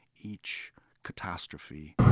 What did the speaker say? each catastrophe,